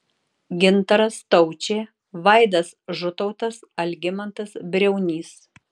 gintaras staučė vaidas žutautas algimantas briaunys